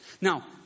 Now